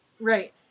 Right